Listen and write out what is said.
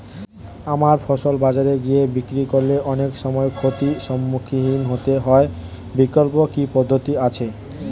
আমার ফসল বাজারে গিয়ে বিক্রি করলে অনেক সময় ক্ষতির সম্মুখীন হতে হয় বিকল্প কি পদ্ধতি আছে?